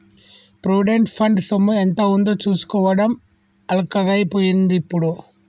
provident fund సొమ్ము ఎంత ఉందో చూసుకోవడం అల్కగై పోయిందిప్పుడు